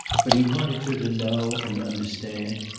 but he wanted her to know and understand,